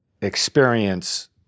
experience